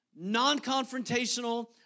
non-confrontational